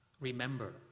remember